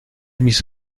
mis